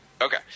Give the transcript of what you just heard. Okay